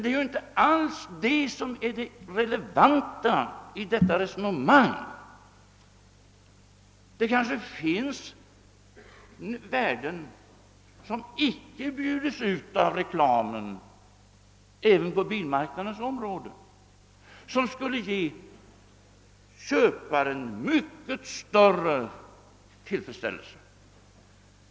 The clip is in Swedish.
Det är emellertid inte alls detta som är relevant i resonemanget, ty det finns kanske värden som icke bjuds ut av reklamen då det gäller bilmarknaden, värden som skulle kunna ge köparen mycket större tillfredsställelse.